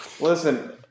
Listen